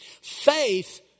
Faith